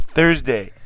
Thursday